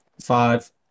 Five